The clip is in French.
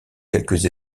quelques